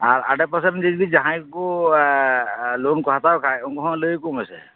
ᱟᱨ ᱟᱰᱮ ᱯᱟᱥᱮ ᱨᱮᱱ ᱡᱩᱫᱤ ᱡᱟᱦᱟᱭ ᱠᱚ ᱞᱳᱱ ᱠᱚ ᱦᱟᱛᱟᱣ ᱠᱷᱟᱡ ᱩᱱᱠᱩ ᱦᱚᱸ ᱞᱟᱹᱭ ᱟᱠᱚ ᱢᱮᱥᱮ